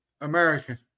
American